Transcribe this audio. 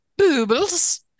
Boobles